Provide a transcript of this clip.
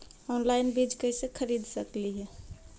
Online बीज कईसे खरीद सकली हे?